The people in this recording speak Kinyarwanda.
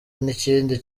n’ikindi